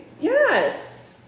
Yes